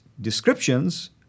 descriptions